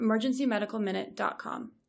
emergencymedicalminute.com